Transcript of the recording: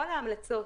כל ההמלצות,